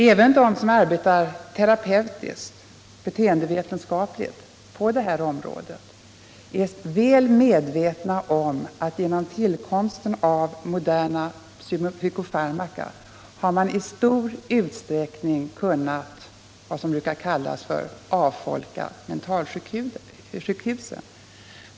Även de som arbetar terapeutiskt beteendevetenskapligt på det här området är väl medvetna om att genom tillkomsten av moderna psykofarmaka har man i stor utsträckning kunnat vad man brukar kalla avfolka mentalsjukhusen.